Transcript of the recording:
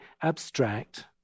abstract